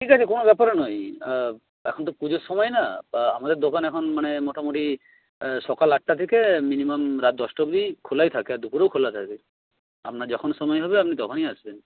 ঠিক আছে কোনো ব্যাপারও নয় এখন তো পুজোর সময় না আমাদের দোকান এখন মানে মোটামুটি সকাল আটটা থেকে মিনিমাম রাত দশটা অবধি খোলাই থাকে আর দুপুরেও খোলা থাকে আপনার যখন সময় হবে আপনি তখনই আসবেন